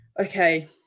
okay